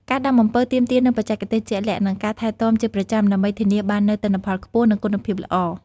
ការដាំអំពៅទាមទារនូវបច្ចេកទេសជាក់លាក់ និងការថែទាំជាប្រចាំ ដើម្បីធានាបាននូវទិន្នផលខ្ពស់ និងគុណភាពល្អ។